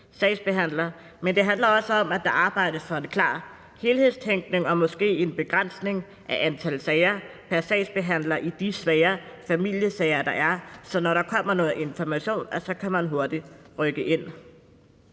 sagsbehandler. Men det handler også om, at der arbejdes for en klar helhedstænkning og måske en begrænsning af antal sager pr. sagsbehandler i forhold til de svære familiesager, der er, så man, når der kommer noget information, hurtigt kan rykke ind.